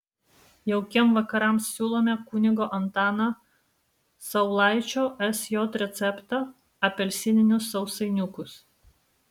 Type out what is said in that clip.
jaukiems vakarams siūlome kunigo antano saulaičio sj receptą apelsininius sausainiukus